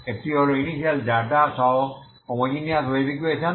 একটি হল initial data সহ হোমোজেনিয়াস ওয়েভ ইকুয়েশন